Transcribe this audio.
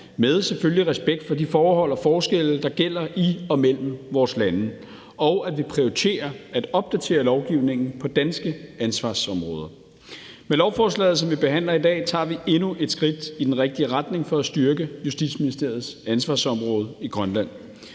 selvfølgelig med respekt for de forhold og forskelle, der gælder i og mellem vores lande, og at vi prioriterer at opdatere lovgivningen på danske ansvarsområder. Med lovforslaget, som vi behandler i dag, tager vi endnu et skridt i den rigtige retning for at styrke Justitsministeriets ansvarsområde i Grønland.